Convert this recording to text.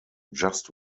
just